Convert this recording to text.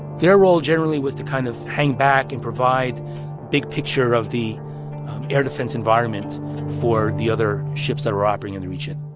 their role generally was to kind of hang back and provide big picture of the air defense environment for the other ships that were operating in the region